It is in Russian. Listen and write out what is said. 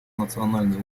национальные